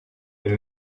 with